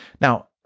Now